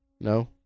No